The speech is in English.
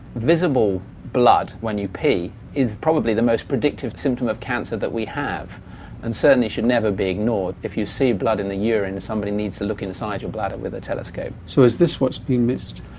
visible blood when you pee is probably the most predictive symptom of cancer that we have and certainly should never be ignored. if you see blood in the urine somebody needs to look inside your bladder with a telescope. so is this what's being missed?